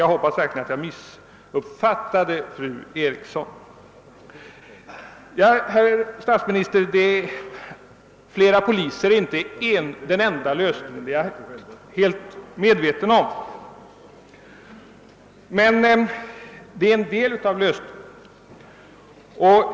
Jag hoppas verkligen att jag missuppfattade fru Eriksson på den punkten. Till statsministern vill jag säga att jag är väl medveten om att flera poliser inte är den enda lösningen, men det är en del av lösningen.